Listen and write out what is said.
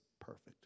perfect